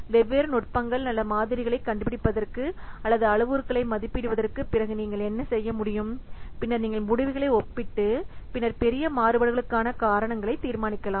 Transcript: வெவ்வேறு நுட்பங்கள் அல்லது மாதிரிகளைக் கண்டுபிடிப்பதற்கு அல்லது அளவுருக்களை மதிப்பிடுவதற்குப் பிறகு நீங்கள் என்ன செய்ய முடியும் பின்னர் நீங்கள் முடிவுகளை ஒப்பிட்டு பின்னர் பெரிய மாறுபாடுகளுக்கான காரணங்களைத் தீர்மானிக்கலாம்